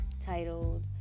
titled